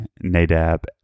Nadab